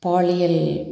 பாலியல்